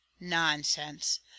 nonsense